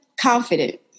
confident